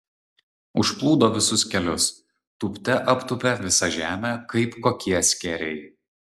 užplūdo visus kelius tūpte aptūpė visą žemę kaip kokie skėriai